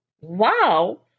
Wow